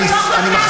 אני שמעתי אותך,